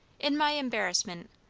in my embarrassment,